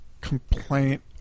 complaint